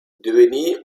devenir